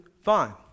Fine